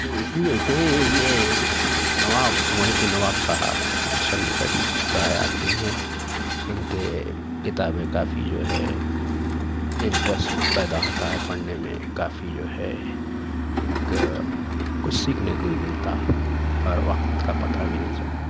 یہ اس لئے کہ یہ نواب محی الدین نواب صاحب مصنف ابھی باحیات نہیں ہیں ان کے کتابیں کافی جو ہے انٹرسٹ پیدا ہوتا ہے پڑھنے میں کافی جو ہے ایک کچھ سیکھنے کو بھی ملتا اور وقت کا پتہ بھی نہیں چلتا